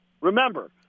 Remember